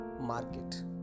market